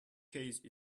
case